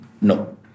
No